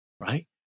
Right